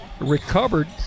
Recovered